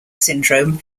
syndrome